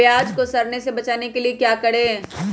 प्याज को सड़ने से बचाने के लिए क्या करें?